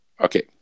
Okay